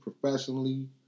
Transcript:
professionally